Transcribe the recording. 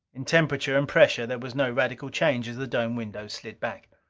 in temperature and pressure there was no radical change as the dome windows slid back.